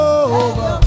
over